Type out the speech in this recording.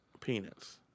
peanuts